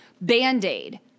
band-aid